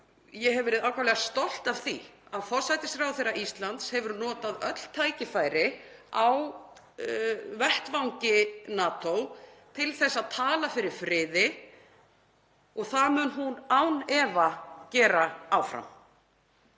ég hef verið ákaflega stolt af því að forsætisráðherra Íslands hefur notað öll tækifæri á vettvangi NATO til þess að tala fyrir friði. Það mun hún án efa gera áfram.